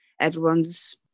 everyone's